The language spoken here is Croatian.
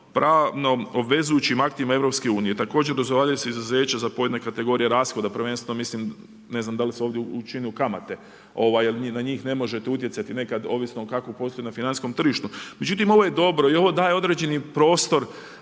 pravno obvezujućim aktima EU. Također dozvoljavaju se izuzeća za pojedine kategorije rashoda, prvenstveno mislim, ne znam da li se ovdje kamate, na njih ne možete utjecati nekad, ovisno o …/Govornik se ne razumije./… tržištu. Međutim ovo je dobro i ovo daje određeni prostor